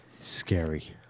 Scary